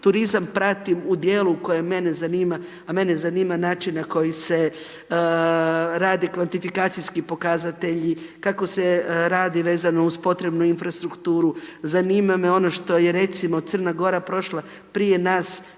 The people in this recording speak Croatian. Turizam pratim u dijelu koje mene zanima a mene zanima način na koji se radi kvantifikacijski pokazatelji, kako se radi vezano uz potrebnu infrastrukturu, zanima me ono što je recimo Crna Gora prošla prije nas